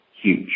huge